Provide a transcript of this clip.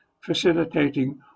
facilitating